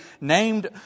named